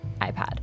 iPad